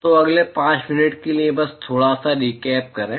तो अगले पांच मिनट के लिए बस थोड़ा सा रीकैप करें